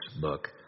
book